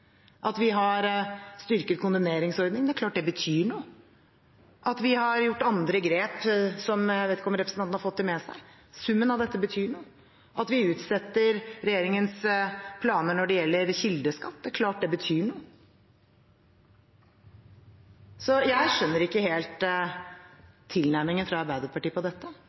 At vi har styrket kondemneringsordningen – det er klart det betyr noe. Vi har tatt andre grep, men jeg vet ikke om representanten har fått dem med seg. Summen av dette betyr noe. At vi utsetter regjeringens planer når det gjelder kildeskatt – det er klart det betyr noe. Jeg skjønner ikke helt tilnærmingen fra Arbeiderpartiet. Dette utgjør en forskjell. Forskjellen på